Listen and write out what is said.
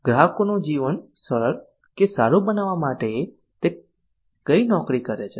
ગ્રાહકોનું જીવન સરળ કે સારું બનાવવા માટે તે કઈ નોકરી કરે છે